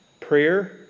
Prayer